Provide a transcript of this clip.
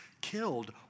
killed